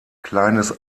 kleines